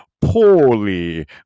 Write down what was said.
poorly